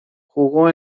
jugó